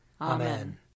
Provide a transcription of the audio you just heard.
Amen